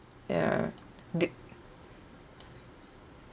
ya did